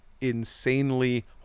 insanely